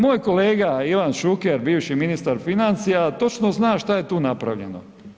Moj kolega Ivan Šuker bivši ministar financija točno zna što je tu napravljeno.